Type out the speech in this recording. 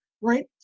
right